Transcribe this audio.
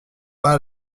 pas